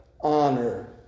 honor